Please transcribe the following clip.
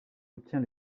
obtient